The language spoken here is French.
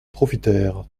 profitèrent